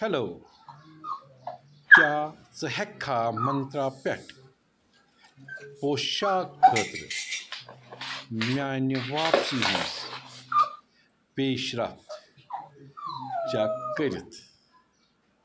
hello کیٛاہ ژٕ ہیٚککھا منترٛا پٮ۪ٹھ پوشاک خٲطرٕ میانہِ واپسی ہِنٛز پیش رفت چیک کٔرتھ